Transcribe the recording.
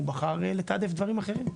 הוא בחר לתעדף דברים אחרים.